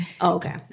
Okay